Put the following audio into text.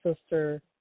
sister